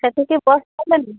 ସେଠିକି ବସ୍ ଚାଲୁନି